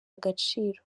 agaciro